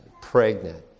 pregnant